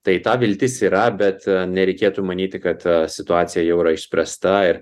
tai ta viltis yra bet nereikėtų manyti kad situacija jau yra išspręsta ir